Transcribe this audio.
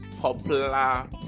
popular